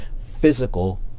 physical